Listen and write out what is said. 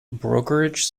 brokerage